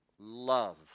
love